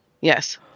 Yes